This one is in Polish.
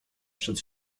przed